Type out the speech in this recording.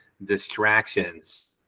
distractions